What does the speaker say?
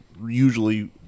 Usually